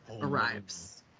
arrives